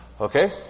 okay